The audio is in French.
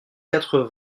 quatre